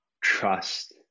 trust